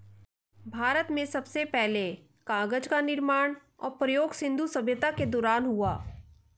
भारत में सबसे पहले कागज़ का निर्माण और प्रयोग सिन्धु सभ्यता के दौरान हुआ